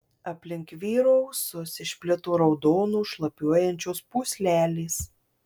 aplink vyro ūsus išplito raudonos šlapiuojančios pūslelės